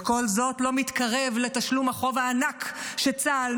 וכל זאת לא מתקרב לתשלום החוב הענק שצה"ל,